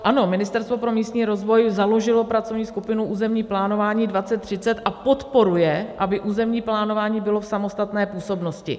Ano, Ministerstvo pro místní rozvoj založilo pracovní skupinu Územní plánování 2030 a podporuje, aby územní plánování bylo v samostatné působnosti.